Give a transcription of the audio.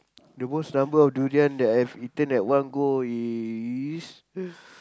the most number of durian that I've eaten at one go is